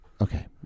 Okay